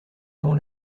avant